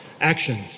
actions